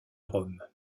rome